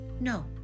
no